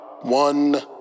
one